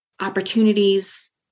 opportunities